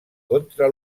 contra